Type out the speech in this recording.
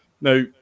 Now